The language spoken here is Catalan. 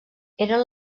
eren